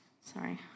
sorry